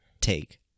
take